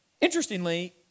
Interestingly